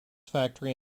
factory